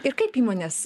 ir kaip įmonės